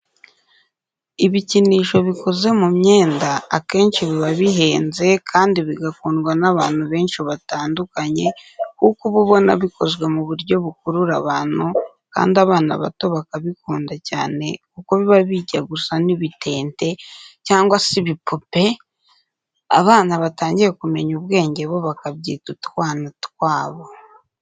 Ibikinisho bikoze mu myenda akenshi biba bihenze, kandi bigakundwa n'abantu benshi batandukanye kuko uba ubona bikozwe mu buryo bukurura abantu kandi abana bato bakabikunda cyane kuko biba bijya gusa n'ibitente cyangwa se ibipupe, abana batangiye kumenya ubwenge bo bakabyita utwana twabo.